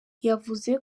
yavuze